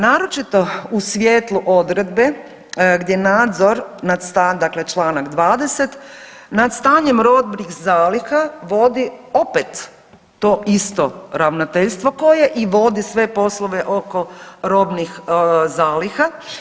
Naročito u svijetlu odredbe gdje nadzor dakle čl. 20. nad stanjem robnih zaliha vodi opet to isto ravnateljstvo koje i vodi sve poslove oko robnih zaliha.